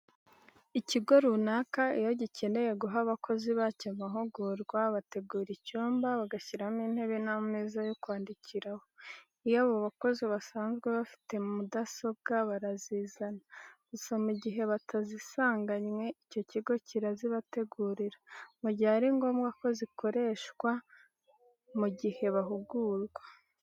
Ikigo runaka iyo gikeneye guha abakozi bacyo amahugurwa, bategura icyumba bagashyiramo intebe n'ameza yo kwandikiraho. Iyo abo bakozi basanzwe bafite mudasobwa barazizana, gusa mu gihe batazisanganwe icyo kigo kirazibategurira, mu gihe ari ngombwa ko zikoreshwa mu gihe bahugurwa.